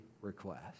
request